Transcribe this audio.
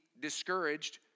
discouraged